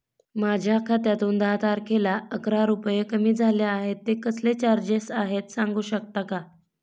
माझ्या खात्यातून दहा तारखेला अकरा रुपये कमी झाले आहेत ते कसले चार्जेस आहेत सांगू शकता का?